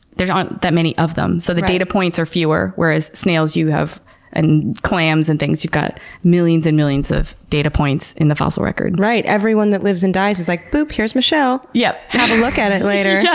there's not that many of them so the data points are fewer. whereas snails and clams and things, you've got millions and millions of data points in the fossil record. right? every one that lives and dies is like, boop. here's my shell. yeah have a look at it later. yeah